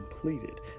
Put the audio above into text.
completed